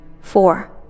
Four